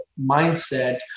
mindset